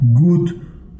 good